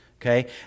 okay